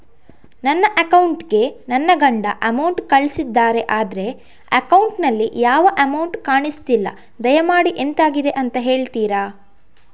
ನನ್ನ ಅಕೌಂಟ್ ಗೆ ನನ್ನ ಗಂಡ ಅಮೌಂಟ್ ಕಳ್ಸಿದ್ದಾರೆ ಆದ್ರೆ ಅಕೌಂಟ್ ನಲ್ಲಿ ಯಾವ ಅಮೌಂಟ್ ಕಾಣಿಸ್ತಿಲ್ಲ ದಯಮಾಡಿ ಎಂತಾಗಿದೆ ಅಂತ ಹೇಳ್ತೀರಾ?